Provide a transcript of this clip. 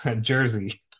jersey